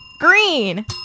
green